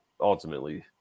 Ultimately